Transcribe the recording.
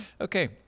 Okay